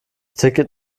ticket